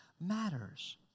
matters